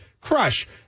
crush